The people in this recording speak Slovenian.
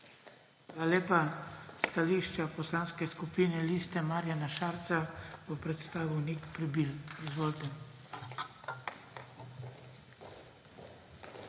lepa. Stališče poslanske skupine Liste Marjana Šarca bo predstavil Nik Prebil. Izvolite.